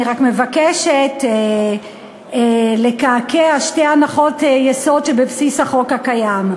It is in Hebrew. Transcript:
אני רק מבקשת לקעקע שתי הנחות יסוד שבבסיס החוק הקיים.